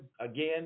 again